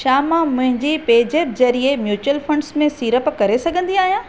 छा मां मुंहिंजी पेजेप्प ज़रिए म्यूचुअल फंड्स में सीड़प करे सघंदी आहियां